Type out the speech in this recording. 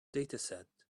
dataset